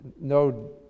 no